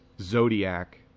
Zodiac